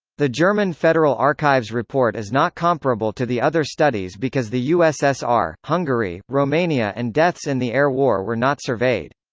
the german federal archives report is not comparable to the other studies because the ussr, hungary, romania and deaths in the air war were not surveyed.